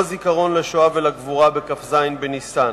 הזיכרון לשואה ולגבורה בכ"ז בניסן,